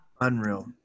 Unreal